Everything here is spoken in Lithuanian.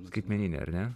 skaitmeninę ar ne